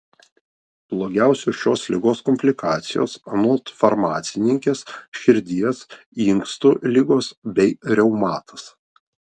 blogiausios šios ligos komplikacijos anot farmacininkės širdies inkstų ligos bei reumatas